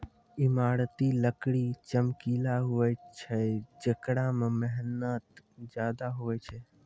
ईमारती लकड़ी चमकिला हुवै छै जेकरा मे मेहनत ज्यादा हुवै छै